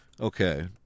Okay